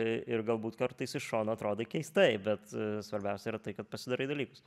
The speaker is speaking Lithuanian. ir galbūt kartais iš šono atrodo keistai bet svarbiausia yra tai kad pasidarai dalykus